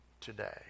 today